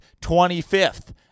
25th